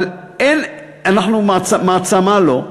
אבל מעצמה אנחנו לא.